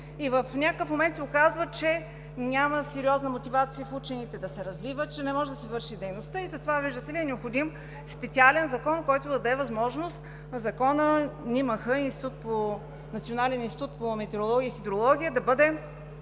и в някакъв момент се оказва, че няма сериозна мотивация в учените да се развиват, че не може да си върши дейността и затова, видите ли, е необходим специален закон, който да даде възможност Националният институт по метеорология и хидрология (НИМХ)